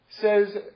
Says